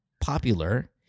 popular